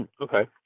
okay